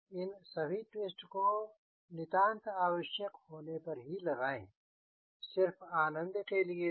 इन सभी ट्विस्ट को नितांत आवश्यक होने पर ही लगाएँ सिर्फ आनंद के लिए नहीं